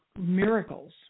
miracles